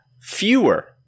fewer